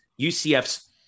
UCF's